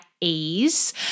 ease